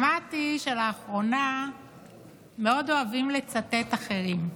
שמעתי שלאחרונה מאוד אוהבים לצטט אחרים.